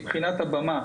מבחינת הבמה,